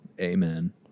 Amen